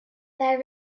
they